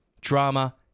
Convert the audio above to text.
Drama